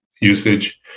usage